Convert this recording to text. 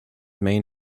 main